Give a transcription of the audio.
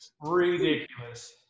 Ridiculous